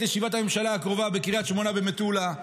ישיבת הממשלה הקרובה בקריית שמונה או במטולה,